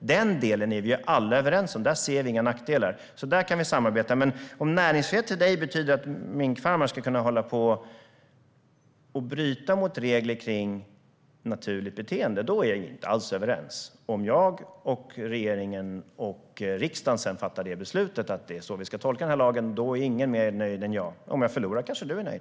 Det tror jag att alla partier i salen är överens om. Där ser vi inga nackdelar. Där kan vi alltså samarbeta. Men om du tycker att näringsfrihet betyder att minkfarmar ska kunna bryta mot regler gällande naturligt beteende är vi inte alls överens. Om sedan jag, regeringen och riksdagen fattar beslut om att vi ska tolka den här lagen på det här sättet blir ingen mer nöjd än jag. Om jag förlorar kanske du blir nöjd.